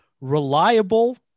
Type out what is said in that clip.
reliable